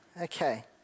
okay